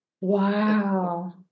Wow